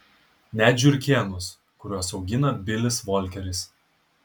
net žiurkėnus kuriuos augina bilis volkeris